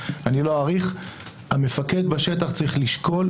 משתמעת לשני פנים.